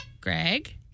Greg